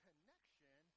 connection